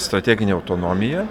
strateginę autonomiją